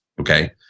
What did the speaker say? Okay